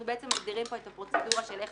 אנחנו בעצם מסדירים כאן את הפרוצדורה של איך